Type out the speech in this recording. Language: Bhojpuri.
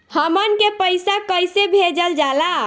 हमन के पईसा कइसे भेजल जाला?